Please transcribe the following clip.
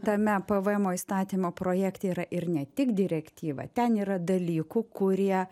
tame pvmo įstatymo projekte yra ir ne tik direktyva ten yra dalykų kurie